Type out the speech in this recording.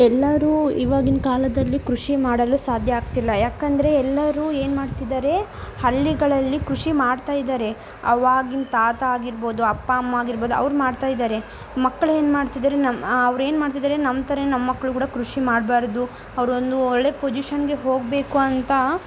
ಎಲ್ಲರೂ ಇವಾಗಿನ ಕಾಲದಲ್ಲಿ ಕೃಷಿ ಮಾಡಲು ಸಾಧ್ಯ ಆಗ್ತಿಲ್ಲ ಯಾಕಂದರೆ ಎಲ್ಲರೂ ಏನು ಮಾಡ್ತಿದ್ದಾರೆ ಹಳ್ಳಿಗಳಲ್ಲಿ ಕೃಷಿ ಮಾಡ್ತಾ ಇದ್ದಾರೆ ಅವಾಗಿನ ತಾತ ಆಗಿರ್ಬೋದು ಅಪ್ಪ ಅಮ್ಮ ಆಗಿರ್ಬೋದು ಅವ್ರು ಮಾಡ್ತಾ ಇದ್ದಾರೆ ಮಕ್ಳೇನು ಮಾಡ್ತಿದಾರೆ ನಮ್ಮ ಅವ್ರೇನು ಮಾಡ್ತಿದಾರೆ ನಮ್ಮ ಥರ ನಮ್ಮ ಮಕ್ಕಳು ಕೂಡ ಕೃಷಿ ಮಾಡಬಾರ್ದು ಅವರೊಂದು ಒಳ್ಳೆಯ ಪೊಜಿಷನ್ಗೆ ಹೋಗಬೇಕು ಅಂತ